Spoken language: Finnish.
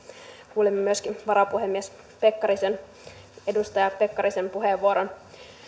kuulimme myöskin varapuhemies edustaja pekkarisen puheenvuoron